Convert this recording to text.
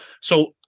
So-